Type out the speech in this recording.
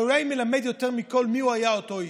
אבל אולי מלמד יותר מכול מי היה אותו איש: